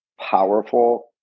powerful